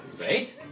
right